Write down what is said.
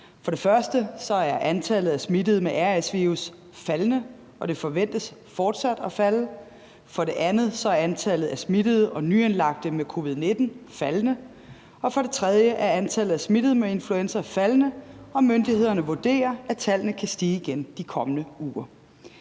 For det første er antallet af smittede med RS-virus faldende, og det forventes fortsat at falde. For det andet er antallet af smittede og nyindlagte med covid-19 faldende, og for det tredje er antallet af smittede med influenza faldende, og myndighederne vurderer, at tallene igen kan stige de kommende uger.